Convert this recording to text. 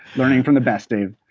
learning from the best, dave